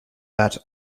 that